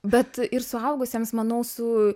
bet ir suaugusiems manau su